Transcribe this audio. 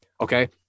okay